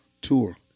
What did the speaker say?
tour